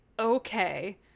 Okay